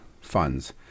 funds